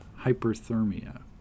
hyperthermia